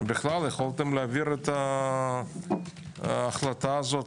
בכלל יכולתם להעביר את ההחלטה הזו,